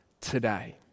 today